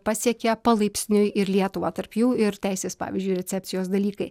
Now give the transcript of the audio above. pasiekia palaipsniui ir lietuva tarp jų ir teisės pavyzdžiui recepcijos dalykai